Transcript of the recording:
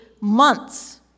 months